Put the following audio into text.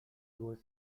was